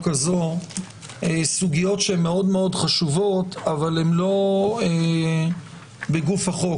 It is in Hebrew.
הזאת סוגיות שהן מאוד חשובות אבל הן לא בגוף החוק.